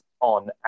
on